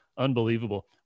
unbelievable